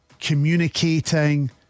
communicating